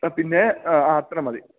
ആ പിന്നെ ആ അത്രയും മതി